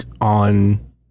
on